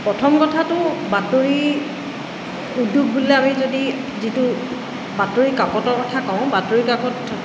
প্ৰথম কথাটো বাতৰি উদ্যোগ বুলিলে আমি যদি যিটো বাতৰি কাকতৰ কথা কওঁ বাতৰি কাকত